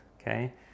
okay